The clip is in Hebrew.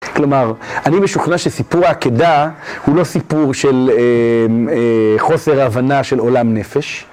כלומר, אני משוכנע שסיפור העקדה הוא לא סיפור של חוסר הבנה של עולם נפש.